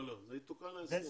לא, זה יתוקן בהסכם.